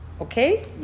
Okay